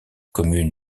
commune